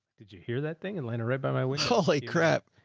did you hear that thing and lana right by my window. holy crap.